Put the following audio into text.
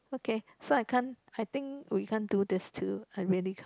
okay so I can't I think we can't do this too I really can't